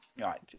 Right